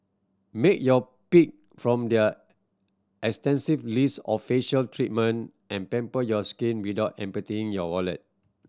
make your pick from their extensive list of facial treatment and pamper your skin without emptying your wallet